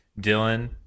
Dylan